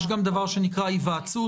יש גם דבר שנקרא היוועצות,